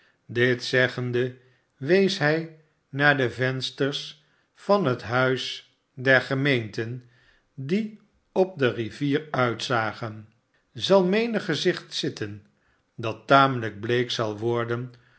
dit zeggende wees hij naar de vensters van het huis der gemeenten die op de rivier uitzagen zal menig gezicht zitten dat tamelijk bleek zal worden